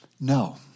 No